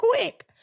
quick